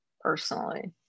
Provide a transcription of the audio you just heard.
personally